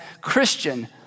Christian